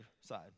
side